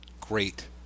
Great